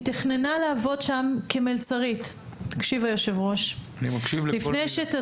היא תכננה לעבוד שם כמלצרית לפני שתתחיל